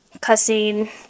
cussing